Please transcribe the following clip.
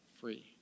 free